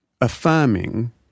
affirming